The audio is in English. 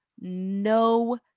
no